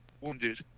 wounded